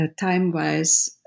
time-wise